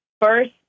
first